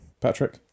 Patrick